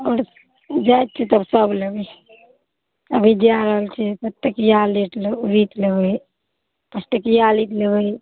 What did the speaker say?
आओर जाए छिए तब सब लेबै अभी जै रहल छिए सतटकिआ लीड लेबै लीड लेबै पँचटकिआ लीड लेबै